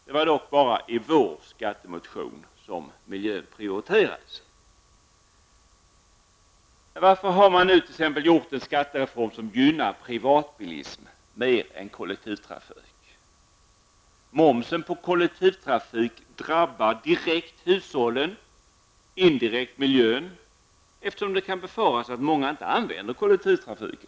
Det är dock bara i vår skattemotion som miljön har prioriterats. Varför har man t.ex. åstadkommit en skattereform som gynnar privatbilismen mer än kollektivtrafiken? Momsen på kollektivtrafiken drabbar direkt hushållen och indirekt miljön, eftersom det kan befaras att många inte använder sig av kollektivtrafiken.